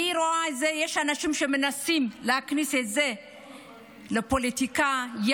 אני רואה שיש אנשים שמנסים להכניס את זה לפוליטיקה של